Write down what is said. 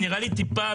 זה נראה לי טיפה,